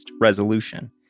resolution